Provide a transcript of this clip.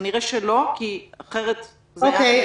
אוקי.